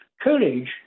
courage